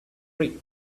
trick